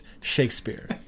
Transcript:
Shakespeare